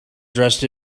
dressed